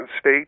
state